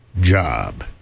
job